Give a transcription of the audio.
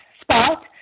spot